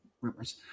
rumors